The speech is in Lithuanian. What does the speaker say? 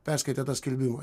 perskaitėt tą skelbimą